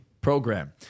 program